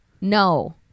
No